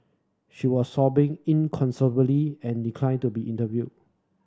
she was sobbing inconsolably and declined to be interviewed